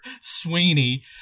Sweeney